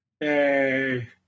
Yay